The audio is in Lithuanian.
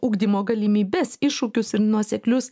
ugdymo galimybes iššūkius ir nuoseklius